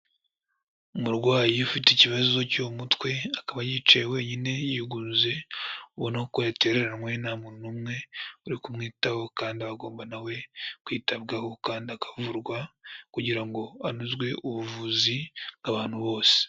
Umurwayi ufite ikibazo cyo mu mutwe, akaba yicaye wenyine yigunze, ubona ko yatereranwe nta muntu n'umwe uri kumwitaho, kandi aba agomba nawe kwitabwaho kandi akavurwa, kugira ngo hanozwe ubuvuzi bw'abantu bose.